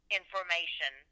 information